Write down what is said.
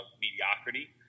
mediocrity